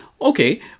okay